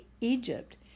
Egypt